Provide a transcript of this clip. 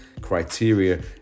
criteria